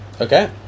Okay